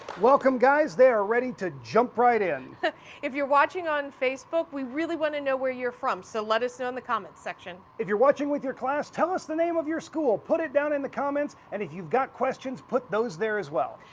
welcome guys, they are ready to jump right in. if you're watching on facebook, we really wanna know where you're from so let us know in the comments section. if you're watching with your class, tell us the name of your school. put it down in the comments and if you've got questions, put those there, as well.